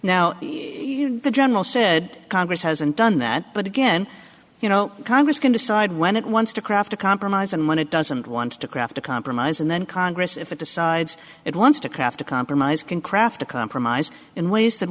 now the general said congress hasn't done that but again you know congress can decide when it wants to craft a compromise and when it doesn't want to craft a compromise and then congress if it decides it wants to craft a compromise can craft a compromise in ways that